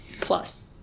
plus